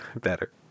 Better